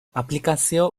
aplikazio